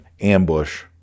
ambush